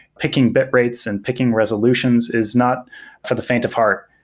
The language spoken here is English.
picking bit rates and picking resolutions is not for the faint of heart,